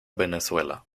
venezuela